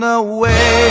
away